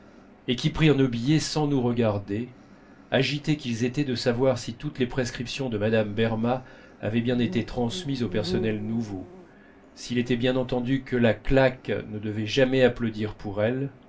et qui prirent nos billets sans nous regarder agités qu'ils étaient de savoir si toutes les prescriptions de mme berma avaient bien été transmises au personnel nouveau s'il était bien entendu que la claque ne devait jamais applaudir pour elle